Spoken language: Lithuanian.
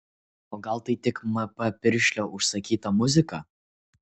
o gal tai tik mp piršlio užsakyta muzika